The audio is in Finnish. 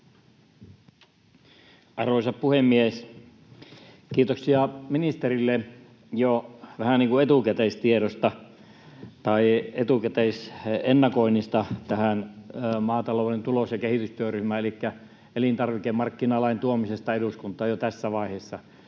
Arvoisa puhemies! Kiitoksia ministerille jo vähän niin kuin etukäteistiedosta, tai etukäteisennakoinnista, tähän maatalouden tulos- ja kehitystyöryhmään liittyen elikkä elintarvikemarkkinalain tuomisesta eduskuntaan jo tässä vaiheessa.